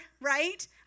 right